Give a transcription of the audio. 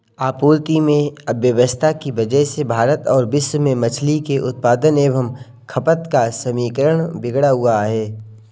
आपूर्ति में अव्यवस्था की वजह से भारत और विश्व में मछली के उत्पादन एवं खपत का समीकरण बिगड़ा हुआ है